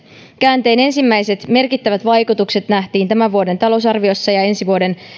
käänteen ensimmäiset merkittävät vaikutukset nähtiin tämän vuoden talousarviossa ja ensi vuoden